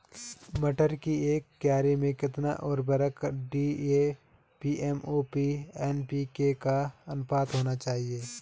मटर की एक क्यारी में कितना उर्वरक डी.ए.पी एम.ओ.पी एन.पी.के का अनुपात होना चाहिए?